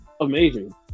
amazing